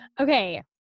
Okay